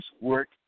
work